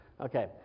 okay